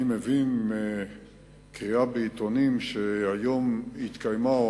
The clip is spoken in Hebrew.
אני מבין מקריאה בעיתונים שהיום התקיימה או